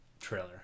trailer